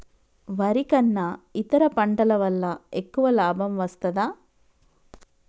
వరి కన్నా ఇతర పంటల వల్ల ఎక్కువ లాభం వస్తదా?